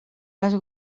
les